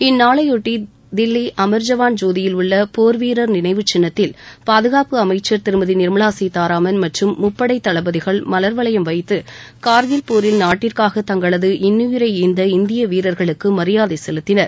இந்நாளைபொட்டி தில்லி அமர்ஜவான் ஜோதியில் உள்ள போர் வீரர் நினைவுச் சின்னத்தில் பாதுகாப்பு அமைச்சர் திருமதி நிர்மலா சீதாராமன் மற்றம் முப்படை தளபதிகள் மலர் வளையம் வைத்து கார்கில் போரில் நாட்டிற்காக தங்களது இன்னுயிரை ஈந்த இந்திய வீரர்களுக்கு மரியாதை செலுத்தினர்